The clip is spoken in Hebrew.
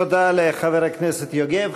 תודה לחבר הכנסת יוגב.